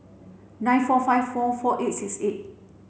nine four five four four eight six eight